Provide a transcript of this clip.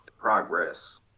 Progress